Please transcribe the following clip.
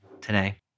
today